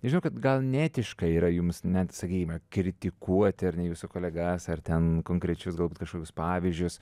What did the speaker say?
žinau kad gal neetiška yra jums net sakykime kritikuoti ar ne jūsų kolegas ar ten konkrečius gal kažkokius pavyzdžius